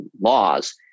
laws